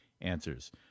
answers